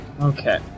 Okay